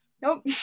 nope